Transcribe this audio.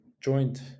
joint